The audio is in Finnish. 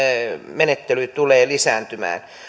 menettely tulee lisääntymään